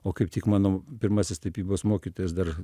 o kaip tik mano pirmasis tapybos mokytojas dar